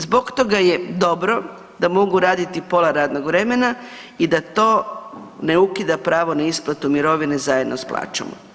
Zbog toga je dobro da mogu raditi pola radnog vremena i da to ne ukida pravo na isplatu mirovine zajedno s plaćom.